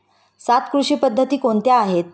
सात कृषी पद्धती कोणत्या आहेत?